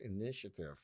initiative